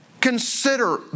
Consider